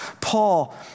Paul